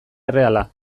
erreala